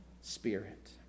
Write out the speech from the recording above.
Spirit